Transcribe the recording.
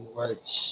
words